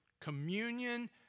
Communion